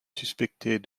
suspectés